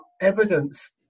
evidence